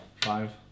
Five